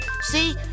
See